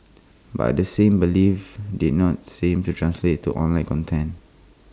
but the same belief did not seem to translate to online content